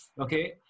okay